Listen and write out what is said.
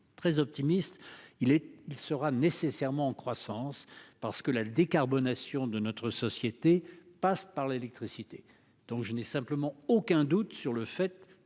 très optimiste. Il est, il sera nécessairement en croissance parce que la décarbonation de notre société passe par l'électricité. Donc je n'ai simplement aucun doute sur le fait